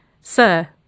Sir